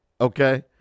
okay